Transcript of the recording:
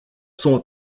sont